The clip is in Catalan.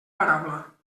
paraula